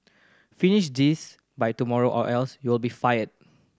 finish this by tomorrow or else you'll be fired